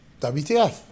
WTF